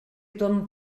ton